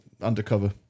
Undercover